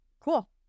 Cool